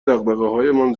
دغدغههایمان